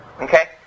Okay